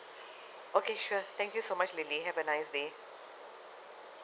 okay sure thank you so much lily have a nice day